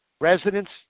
residents